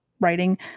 writing